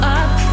up